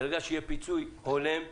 ברגע שיהיה פיצוי הולם,